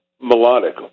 Melodic